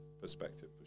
perspective